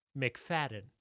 McFadden